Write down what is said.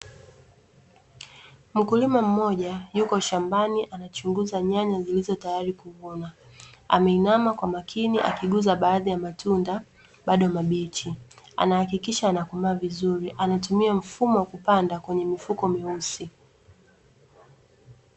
Mkulima mmoja yuko shambani anachunguza nyanya zilizo tayari kuvuna, ameinama kwa makini akigusa baadhi ya matunda bado mabichi anahakikisha yanakomaa vizuri anatumia mfumo wa kupanda kwenye mifuko meusi.